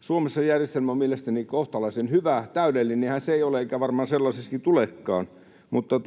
Suomessa järjestelmä on mielestäni kohtalaisen hyvä — täydellinenhän se ei ole eikä varmaan sellaiseksi tulekaan. Mutta